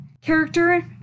character